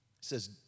says